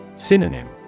Synonym